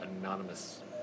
anonymous